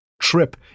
trip